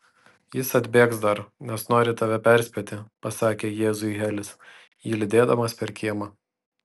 jis atbėgs dar nes nori tave perspėti pasakė jėzui helis jį lydėdamas per kiemą